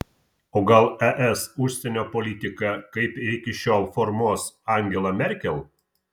o gal es užsienio politiką kaip ir iki šiol formuos angela merkel